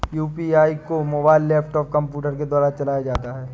UPI को mobile laptop computer के द्वारा चलाया जाता है